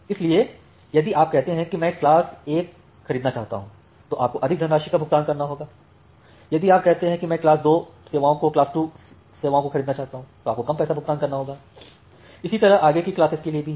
इसलिए यदि आप कहते हैं कि मैं क्लास 1 खरीदना चाहता हूं तो आपको अधिक धनराशि का भुगतान करना होगा यदि आप कहते हैं कि मैं क्लास 2 सेवाओं को खरीदना चाहता हूं तो आपको कम पैसा भुगतान करना होगाइसी तरह आगे की क्लासेज के लिए भी है